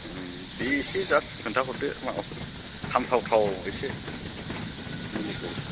उम दे एसे जास्ट खोन्था हरदो माबाफोर हामथाव थाव एसे मुलिफोर